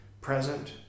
present